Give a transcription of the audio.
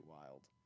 wild